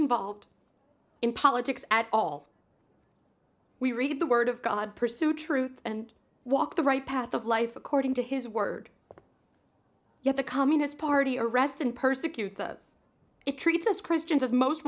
involved in politics at all we read the word of god pursue truth and walk the right path of life according to his word yet the communist party arrest and persecute us it treats us christians as most